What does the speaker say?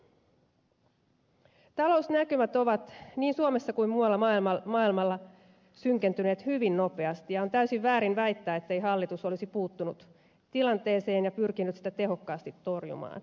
talousnäkymät ovat niin suomessa kuin myös muualla maailmalla synkentyneet hyvin nopeasti ja on täysin väärin väittää ettei hallitus olisi puuttunut tilanteeseen ja pyrkinyt sitä tehokkaasti torjumaan